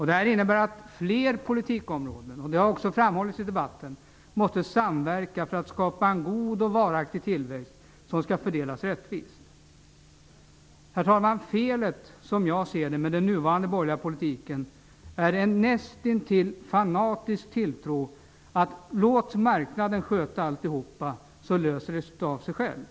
Det innebär att fler politikområden -- det har framhållits i debatten -- måste samverka för att skapa en god och varaktig tillväxt som kan fördelas rättvist. Herr talman! Felet med den nuvarande borgerliga politiken är en näst intill fanatisk tilltro till att marknaden skall sköta allt. Då löses problemet av sig självt.